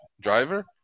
driver